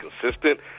consistent